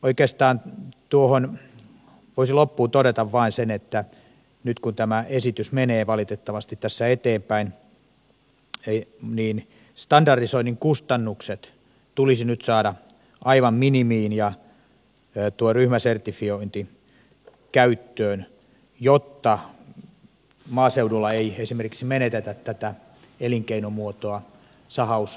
oikeastaan tuohon voisi loppuun todeta vain sen että nyt kun tämä esitys menee valitettavasti tässä eteenpäin standardisoinnin kustannukset tulisi nyt saada aivan minimiin ja tuo ryhmäsertifiointi käyttöön jotta maaseudulla ei esimerkiksi menetetä tätä elinkeinomuotoa sahausyrittäjiä